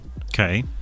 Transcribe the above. Okay